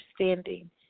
understanding